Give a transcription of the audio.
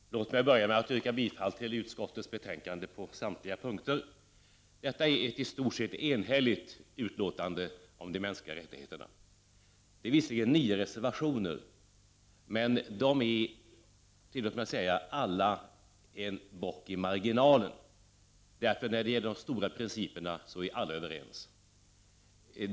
Herr talman! Jag vill börja med att yrka bifall till utskottets hemställan på samtliga punkter. Detta betänkande om de mänskliga rättigheterna är i stort sett ett enhälligt betänkande. Visserligen finns det nio reservationer. Men alla är de, tillåt mig säga det, en bock i marginalen. När det gäller de stora principerna är nämligen alla överens.